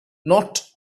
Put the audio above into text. not